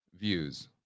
views